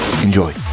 Enjoy